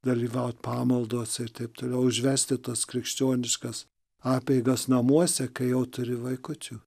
dalyvaut pamaldose ir taip toliau užvesti tas krikščioniškas apeigas namuose kai jau turi vaikučių